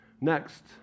Next